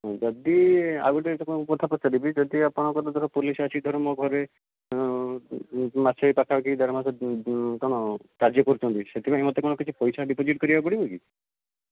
ଯଦି ଆଉ ଗୋଟେ କଥା ପଚାରିବି ଯଦି ଆପଣଙ୍କ ର ଧର ପୋଲିସ ଆସି ଧର ମୋ ଘରେ ମାସେ ପାଖା ପାଖି ଦେଢ଼ ମାସ କ'ଣ କାର୍ଯ୍ୟ କରୁଛନ୍ତି ସେଥି ପାଇଁ ମୋତେ କିଛି ପଇସା ଡିପୋଜିଟ କରିବାକୁ ପଡ଼ିବ କି